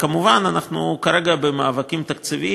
כמובן, אנחנו כרגע במאבקים תקציביים.